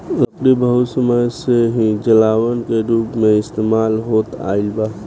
लकड़ी बहुत समय से ही जलावन के रूप में इस्तेमाल होत आईल बा